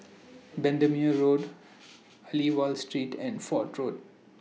Bendemeer Road Aliwal Street and Fort Road